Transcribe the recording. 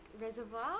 reservoir